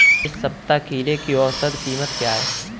इस सप्ताह खीरे की औसत कीमत क्या है?